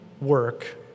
work